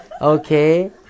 Okay